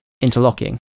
interlocking